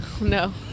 No